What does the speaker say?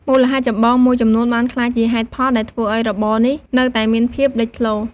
មូលហេតុចម្បងមួយចំនួនបានក្លាយជាហេតុផលដែលធ្វើឱ្យរបរនេះនៅតែមានភាពលេចធ្លោ។